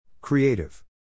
Creative